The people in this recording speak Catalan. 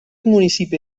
municipi